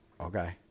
Okay